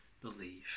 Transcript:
believe